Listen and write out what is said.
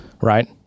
right